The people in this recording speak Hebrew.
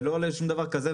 לא לשום דבר כזה,